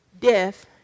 death